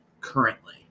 currently